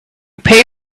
pay